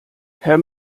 herr